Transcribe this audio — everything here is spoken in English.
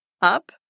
up